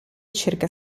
circa